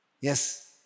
Yes